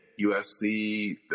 USC